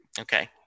Okay